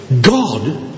God